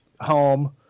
home